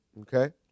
Okay